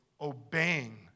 obeying